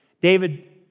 David